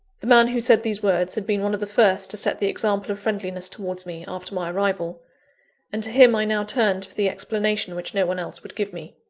the man who said these words, had been one of the first to set the example of friendliness towards me, after my arrival and to him i now turned for the explanation which no one else would give me.